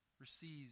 receives